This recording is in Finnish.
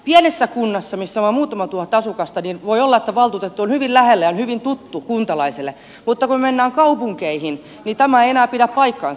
pienessä kunnassa missä on vain muutama tuhat asukasta voi olla että valtuutettu on hyvin lähellä ja on hyvin tuttu kuntalaiselle mutta kun me menemme kaupunkeihin niin tämä ei enää pidä paikkaansa